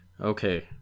okay